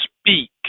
speak